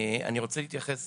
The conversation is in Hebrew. אני רוצה להתייחס